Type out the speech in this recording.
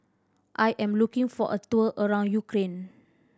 I am looking for a tour around Ukraine